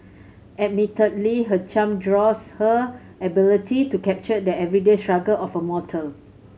admittedly her charm draws her ability to capture the everyday struggle of a mortal